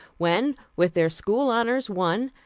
when, with their school honors won,